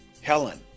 Helen